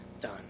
done